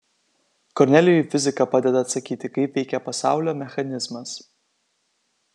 kornelijui fizika padeda atsakyti kaip veikia pasaulio mechanizmas